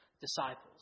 disciples